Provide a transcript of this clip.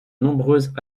nombreuses